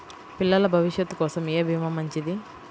పిల్లల భవిష్యత్ కోసం ఏ భీమా మంచిది?